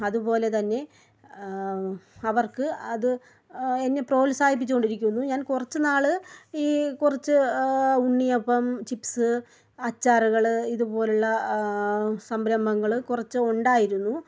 അതുപോലെ തന്നെ അവർക്ക് അത് എന്നെ പ്രോത്സാഹിപ്പിച്ചു കൊണ്ടിരിക്കുന്നു ഞാൻ കുറച്ചു നാൾ ഈ കുറച്ച് ഉണ്ണിയപ്പം ചിപ്സ് അച്ചാറുകൾ ഇതുപോലുള്ള സംരംഭങ്ങൾ കുറച്ചു ഉണ്ടായിരുന്നു